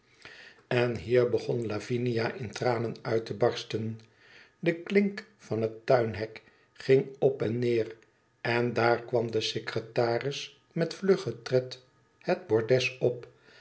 en hier begon lavinia in tranen uit te barsten de klink van het tuinhek ging op en neer en daar kwam de secretaris met vluggen tred het bordes op